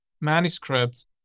manuscript